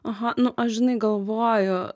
aha nu aš žinai galvoju